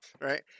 right